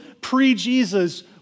pre-Jesus